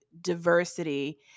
diversity